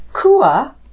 Kua